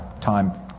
time